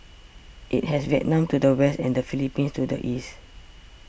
it has Vietnam to the west and the Philippines to the east